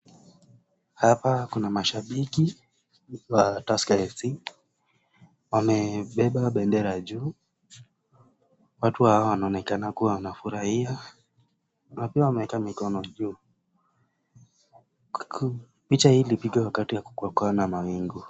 Hapa kuna mashabiki wa Tusker FC wamebeba bendera juu watu hawa wanaonekana kua wanafurahia na pia wameweka mikono juu. Picha hii ilipigwa wakati hakukua na mawingu.